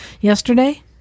yesterday